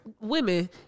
women